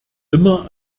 immer